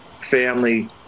family